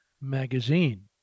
Magazine